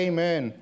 Amen